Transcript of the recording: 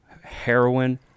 heroin